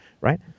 right